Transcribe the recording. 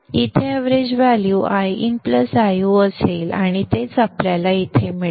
येथे average value Iin Io असेल आणि तेच आपल्याला येथे मिळेल